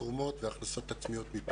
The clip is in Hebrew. תרומות והכנסות עצמיות מפעילות.